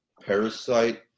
parasite